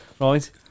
right